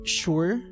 sure